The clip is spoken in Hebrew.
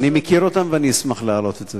אני אשמח להיפגש אתם.